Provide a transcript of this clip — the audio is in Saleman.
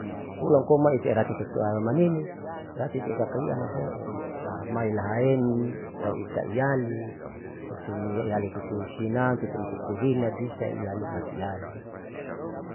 Hulan koa maitarati tutu alamanimi berartie kakaiamnam poamai lahaen tauitaiyali tutuni iyali tutusinam tutuipupurina bisa iyali masiam.